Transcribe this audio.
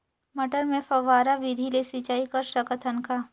मटर मे फव्वारा विधि ले सिंचाई कर सकत हन का?